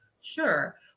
sure